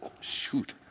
Shoot